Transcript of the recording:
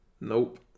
Nope